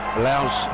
allows